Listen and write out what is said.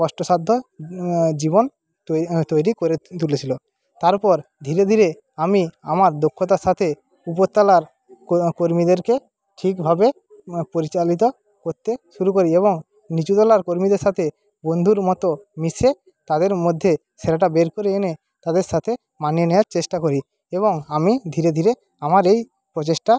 কষ্টসাধ্য জীবন তৈরি করে তুলেছিলো তারপর ধীরে ধীরে আমি আমার দক্ষতার সাথে উপরতলার কর্মী কর্মীদেরকে ঠিকভাবে পরিচালিত করতে শুরু করি এবং নিচুতলার কর্মীদের সাতে বন্ধুর মতো মিশে তাদের মধ্যে সেরাটা বের করে এনে তাদের সাথে মানিয়ে নেওয়ার চেষ্টা করি এবং আমি ধীরে ধীরে আমার এই প্রচেষ্টা